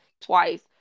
twice